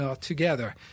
together